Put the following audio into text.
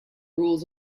rules